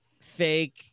fake